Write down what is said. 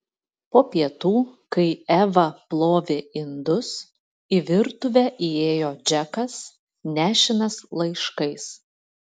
po pietų kai eva plovė indus į virtuvę įėjo džekas nešinas laiškais